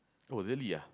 oh really ah